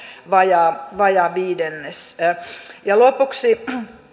vajaa vajaa viidennes lopuksi